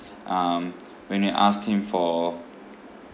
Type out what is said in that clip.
um when I asked him for